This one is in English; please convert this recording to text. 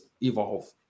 evolve